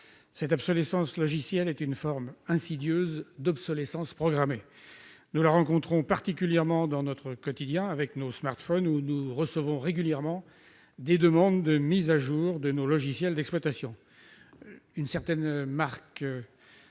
L'obsolescence logicielle est une forme insidieuse d'obsolescence programmée. Nous la rencontrons particulièrement dans notre quotidien avec nos smartphones, sur lesquels nous recevons régulièrement des demandes de mise à jour du logiciel d'exploitation.